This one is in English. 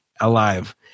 alive